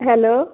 hello